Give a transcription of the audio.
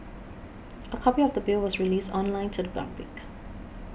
a copy of the Bill was released online to the public